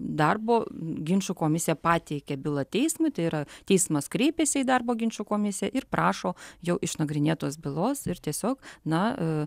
darbo ginčų komisija pateikia bylą teismui tai yra teismas kreipėsi į darbo ginčų komisiją ir prašo jau išnagrinėtos bylos ir tiesiog na